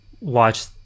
watch